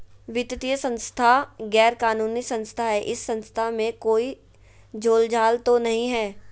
वित्तीय संस्था गैर कानूनी संस्था है इस संस्था में कोई झोलझाल तो नहीं है?